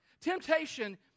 Temptation